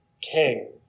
king